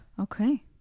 Okay